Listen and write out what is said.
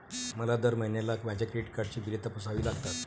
मला दर महिन्याला माझ्या क्रेडिट कार्डची बिले तपासावी लागतात